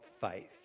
faith